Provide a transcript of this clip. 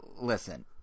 listen